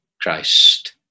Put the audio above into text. Christ